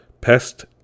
Pest